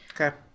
Okay